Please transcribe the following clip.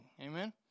Amen